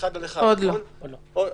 ו-1 על 1. עוד לא אישרנו.